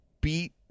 beat